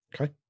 Okay